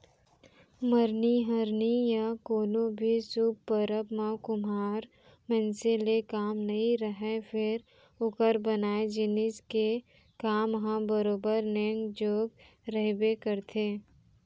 मरनी हरनी या कोनो भी सुभ परब म कुम्हार मनसे ले काम नइ रहय फेर ओकर बनाए जिनिस के काम ह बरोबर नेंग जोग रहिबे करथे